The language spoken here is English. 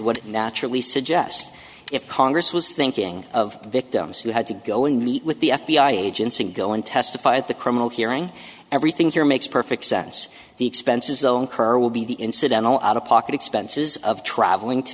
what naturally suggest if congress was thinking of victims who had to go and meet with the f b i agents and go and testify at the criminal hearing everything here makes perfect sense the expenses own currall be the incidental out of pocket expenses of traveling to